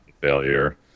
Failure